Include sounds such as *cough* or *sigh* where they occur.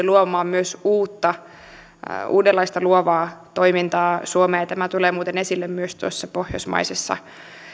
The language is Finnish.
*unintelligible* luomaan myös uudenlaista luovaa toimintaa suomeen tämä tulee muuten esille myös tuossa pohjoismaisessa